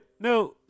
no